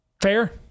Fair